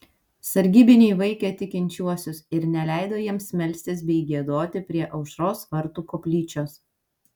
sargybiniai vaikė tikinčiuosius ir neleido jiems melstis bei giedoti prie aušros vartų koplyčios